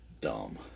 dumb